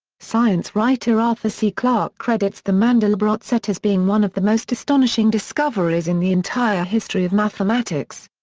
science writer arthur c. clarke credits the mandelbrot set as being one of the most astonishing discoveries in the entire history of mathematics.